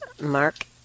Mark